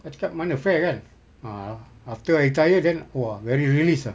I cakap mana fair kan ah after I retire then !wah! very released ah